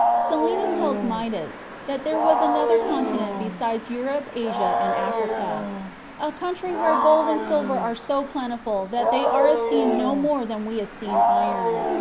silenus tells midas that there was another continent besides europe, asia, and africa a country where gold and silver are so plentiful that they are esteemed no more than we esteem iron.